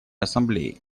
ассамблеи